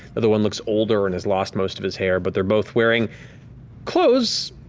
other one looks older and has lost most of his hair, but they're both wearing clothes,